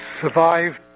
survived